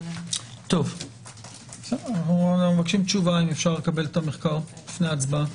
נבקש לקבל את המחקר לפני הצבעה.